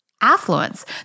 affluence